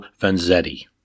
Vanzetti